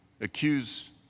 accuse